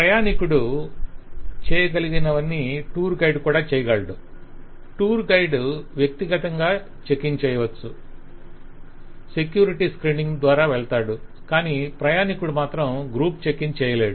ప్రయాణీకుడు చేయగలిగేవన్నీ tour guide కూడా చేయగలడు టూర్ గైడ్ వ్యక్తిగతంగా చెక్ ఇన్ చేయవచ్చు సెక్యూరిటీ స్క్రీనింగ్ ద్వారా వెళ్తాడు కానీ ప్రయాణీకుడు మాత్రం గ్రూప్ చెక్ ఇన్ చేయలేడు